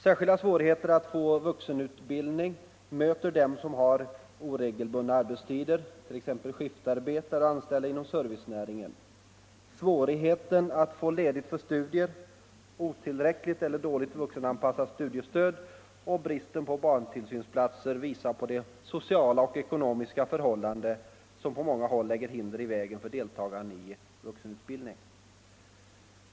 Särskilda svårigheter att få vuxenutbildning möter dem som har oregelbundna arbetstider, t.ex. skiftarbetare och anställda inom servicenäringarna. Svårigheten att få ledigt för studier, otillräckligt eller dåligt anpassat studiestöd och bristen på barntillsynsplatser visar på de sociala och ekonomiska förhållanden som på många håll lägger hinder i vägen för deltagande i vuxenutbildningen.